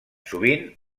sovint